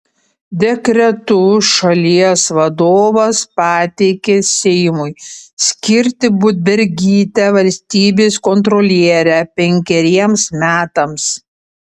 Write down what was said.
dekretu šalies vadovas pateikė seimui skirti budbergytę valstybės kontroliere penkeriems metams